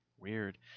weird